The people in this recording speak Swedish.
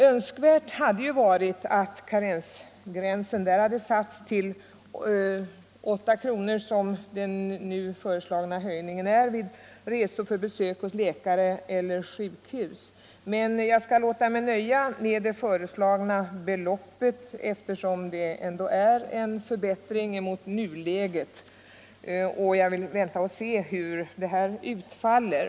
Önskvärt hade ju varit att karensgränsen hade satts vid 8 Kr., såsom föreslagits för resor i samband med besök hos läkare eller på sjukhus, men jag skall låta mig nöja med det föreslagna beloppet, eftersom det ändå är en förbättring i förhållande till nuläget. Jag vill vänta och se hur utfallet av denna ändring blir.